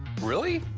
really?